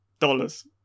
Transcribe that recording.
Dollars